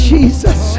Jesus